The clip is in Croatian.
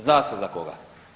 Zna se za koga.